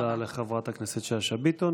תודה לחברת הכנסת שאשא ביטון.